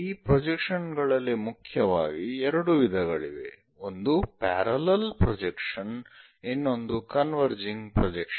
ಈ ಪ್ರೊಜೆಕ್ಷನ್ ಗಳಲ್ಲಿ ಮುಖ್ಯವಾಗಿ ಎರಡು ವಿಧಗಳಿವೆ ಒಂದು ಪ್ಯಾರಲಲ್ ಪ್ರೊಜೆಕ್ಷನ್ ಇನ್ನೊಂದು ಕನ್ವರ್ಜಿಂಗ್ ಪ್ರೊಜೆಕ್ಷನ್